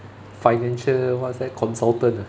financial what's that consultant ah